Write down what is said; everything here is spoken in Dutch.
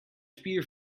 spier